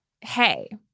hey